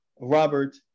robert